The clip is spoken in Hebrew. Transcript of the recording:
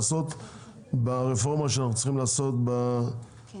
לעשות ברפורמה שאנחנו צריכים לעשות בתערובת,